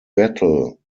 battle